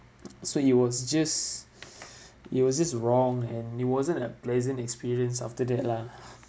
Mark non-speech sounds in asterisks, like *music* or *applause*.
so it was just *breath* it was just wrong you know it wasn't a pleasant experience after that lah